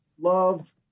Love